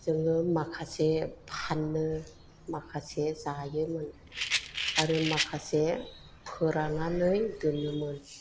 जोङो माखासे फाननो माखासे जायोमोन आरो माखासे फोराननानै दोनोमोन